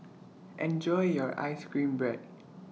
Enjoy your Ice Cream Bread